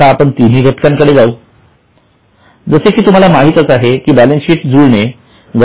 आता आपण तिन्ही घटकांकडे जाऊजसे की तुम्हाला माहीतच आहे की बॅलन्स शीट ही जुळणे गरजेचे आहे